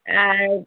অ্যাঁহ্যাঁ